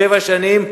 שבע שנים,